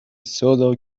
solo